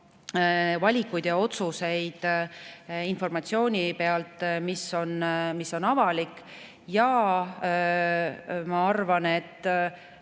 valikuid ja otsuseid informatsiooni pealt, mis on avalik. Ma arvan, et